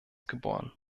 geboren